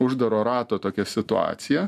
uždaro rato tokia situacija